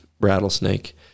rattlesnake